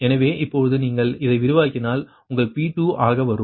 எனவே இப்போது நீங்கள் இதை விரிவாக்கினால் உங்கள் P2 ஆக வரும்